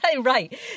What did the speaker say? Right